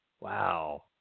Wow